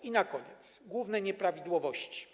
I na koniec główne nieprawidłowości.